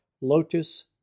Lotus